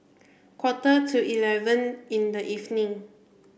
quarter to eleven in the evening